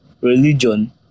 religion